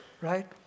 right